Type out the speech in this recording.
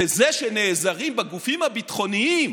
וזה שנעזרים בגופים הביטחוניים,